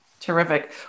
Terrific